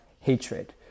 hatred